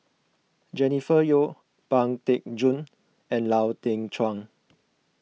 Jennifer Yeo Pang Teck Joon and Lau Teng Chuan